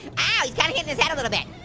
ah he kind of hit his head a little bit.